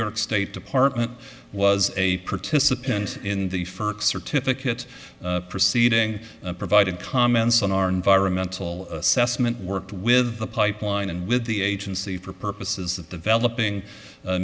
york state department was a participant in the first certificate proceeding provided comments on our environmental assessment worked with the pipeline and with the agency for purposes of developing